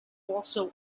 also